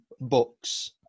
books